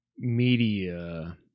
media